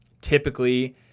Typically